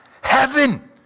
Heaven